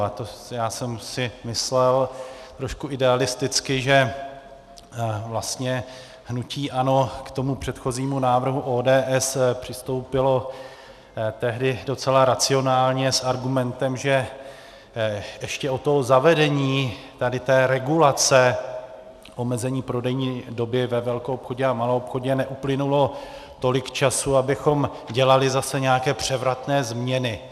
A to já jsem si myslel trošku idealisticky, že vlastně hnutí ANO k tomu předchozímu návrhu ODS přistoupilo tehdy docela racionálně s argumentem, že ještě od toho zavedení regulace, omezení prodejní doby ve velkoobchodě a maloobchodě neuplynulo tolik času, abychom dělali zase nějaké převratné změny.